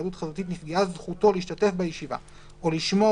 היוועדות חזותית נפגעה זכותו להשתתף בישיבה או לשמוע